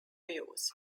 use